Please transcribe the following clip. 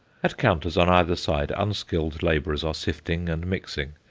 at counters on either side unskilled labourers are sifting and mixing,